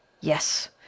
Yes